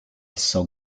esso